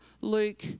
Luke